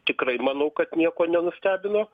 tikrai manau kad nieko nenustebino